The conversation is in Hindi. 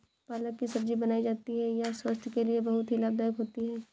पालक की सब्जी बनाई जाती है यह स्वास्थ्य के लिए बहुत ही लाभदायक होती है